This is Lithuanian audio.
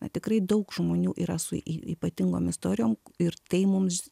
na tikrai daug žmonių yra su ypatingom istorijom ir tai mums